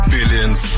Billions